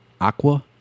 Aqua